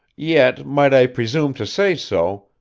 yet, might i presume to say so,